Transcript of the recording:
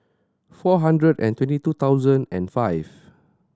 four hundred and twenty two thousand and five